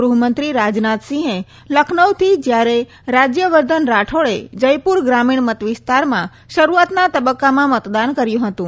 ગ્રહમંત્રી રાજનાથસિંહે લખનૌથી જ્યારે રાજ્યવર્ધન રાઠોડે જયપુર ગ્રામીણ મતવિસ્તારમાં શરૂઆતના તબક્કામાં મતદાન કર્યું હતું